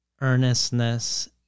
earnestness